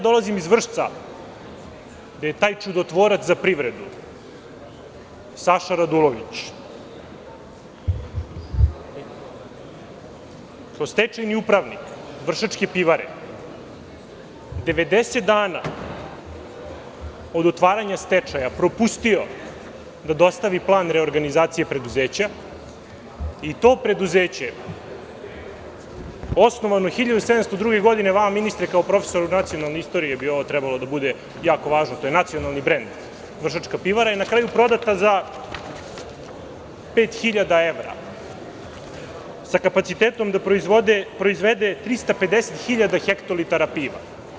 Dolazim iz Vršca gde je taj čudotvorac za privredu, Saša Radulović, kao stečajni upravnik „Vršačke pivare“ 90 dana od otvaranja stečaja propustio da dostavi plan reorganizacije preduzeća i to preduzeće, osnovano 1702. godine, vama ministre, kao profesoru nacionalne istorije, bi ovo trebalo da bude jako važno, to je nacionalni brend, „Vršačka pivara“ je na kraju prodata za 5.000 evra sa kapacitetom da proizvede 350.000 hektolitara piva.